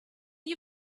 you